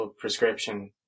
prescription